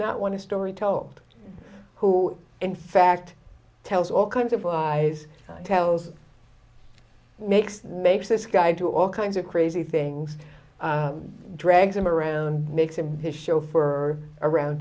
not want to story told who in fact tells all kinds of lies tells makes makes this guy do all kinds of crazy things drags him around makes him his chauffeur around